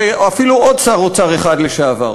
ואפילו עוד שר אוצר אחד לשעבר,